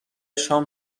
شام